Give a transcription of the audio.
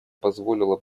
позволило